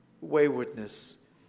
waywardness